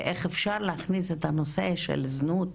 ואיך אפשר להכניס את הנושא של זנות